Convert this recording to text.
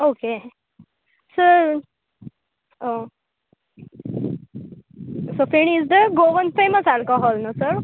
okay sir um so feni is the Goan famous alcohol न्हु sir